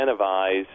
incentivize